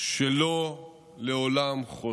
שלא לעולם חוסן.